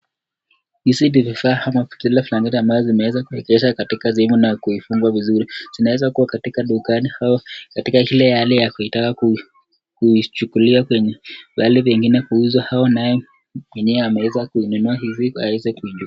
Hizi ni vifaa ama zile blanketi ambazo zimeweka kuwekezwa katika sehemu na kufungwa vizuri. Zinaweza kuwa katika dukani au katika ile hali ya kutaka kuichukulia kwenye pahali pengine kuuzwa au nayo mwenyewe ameweza kununua hizi ili aweze kuuzwa.